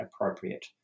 appropriate